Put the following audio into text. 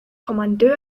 kommandeur